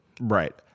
Right